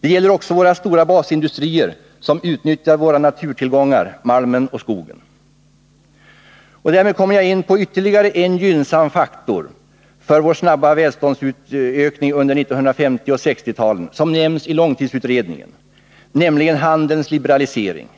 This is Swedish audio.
Det gäller också våra stora basindustrier som utnyttjar våra naturtillgångar, malmen och skogen. Därmed kommer jag in på ytterligare en gynnsam faktor som bidrog till vår snabba välståndsökning under 1950 och 1960-talen och som nämns i långtidsutredningen, nämligen handelns liberalisering.